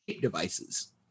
devices